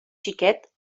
xiquet